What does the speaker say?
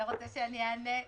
אתה רוצה שאני אענה?